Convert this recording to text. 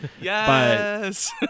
Yes